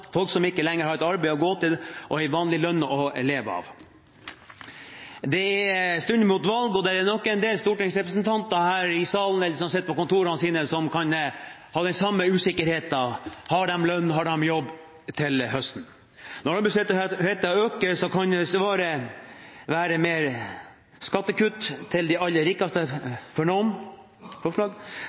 folk som ikke lenger har et arbeid å gå til og en vanlig lønn å leve av. Det stunder mot valg, og det er nok en del stortingsrepresentanter her i salen, eller som sitter på kontorene sine, som kan ha den samme usikkerheten: Har jeg lønn, har jeg jobb til høsten? Når arbeidsledigheten øker, kan svaret for noen være forslag til mer skattekutt til de aller rikeste.